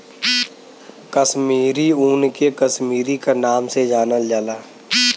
कसमीरी ऊन के कसमीरी क नाम से जानल जाला